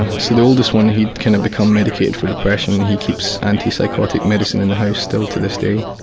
so the oldest one, he'd kind of become medicated for depression. he keeps anti-psychotic medication in the house still to this day.